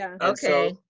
Okay